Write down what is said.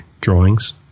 drawings